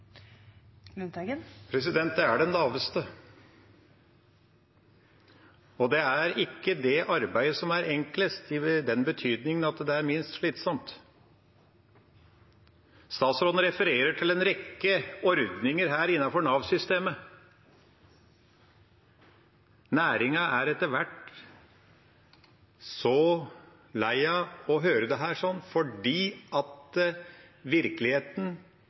Det er den laveste. Og det er ikke det arbeidet som er enklest i den betydningen at det er minst slitsomt. Statsråden refererer til en rekke ordninger innenfor Nav-systemet. Næringen er etter hvert så lei av å høre